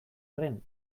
arren